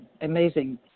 amazing